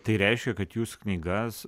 tai reiškia kad jūs knygas